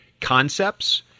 concepts